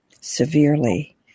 severely